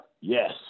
Yes